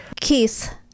Keith